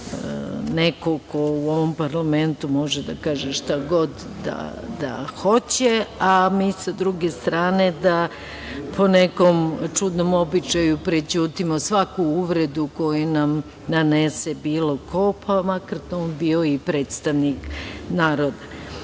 neko ko u ovom parlamentu može da kaže šta god da hoće, a mi sa druge strane da po nekom čudnom običaju prećutimo svaku uvredu koju nam nanese bilo ko, pa makar to bio i predstavnik naroda. Davno